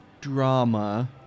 drama